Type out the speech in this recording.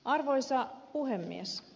arvoisa puhemies